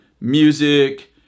music